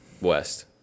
West